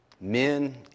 men